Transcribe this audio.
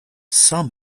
some